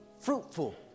fruitful